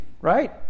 Right